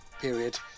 period